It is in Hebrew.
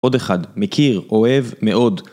עוד אחד, מכיר, אוהב, מאוד.